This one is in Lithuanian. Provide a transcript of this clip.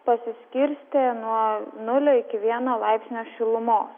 pasiskirstė nuo nulio iki vieno laipsnio šilumos